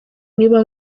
nibiba